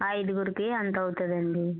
ఐదుగురికి ఎంత అవుతుందండి